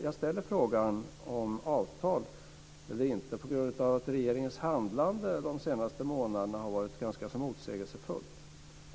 Jag ställer frågan om avtal eller inte på grund av att regeringens handlande under de senaste månaderna har varit ganska så motsägelsefullt.